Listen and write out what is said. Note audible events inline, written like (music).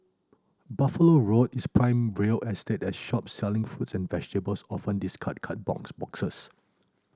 Buffalo Road is prime real estate as shops selling fruits and vegetables often discard cardboard boxes (noise)